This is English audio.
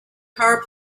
power